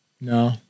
no